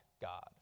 God